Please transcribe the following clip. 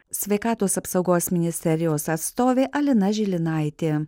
sveikatos apsaugos ministerijos atstovė alina žilinaitė